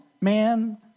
man